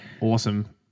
Awesome